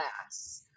class